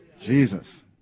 Jesus